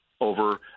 over